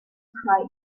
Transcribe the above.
cry